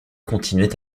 continuait